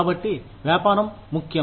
కాబట్టి వ్యాపారం ముఖ్యం